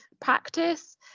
practice